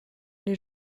les